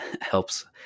helps